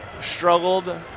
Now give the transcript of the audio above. struggled